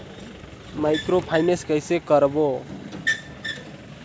Microfinance कइसे करव?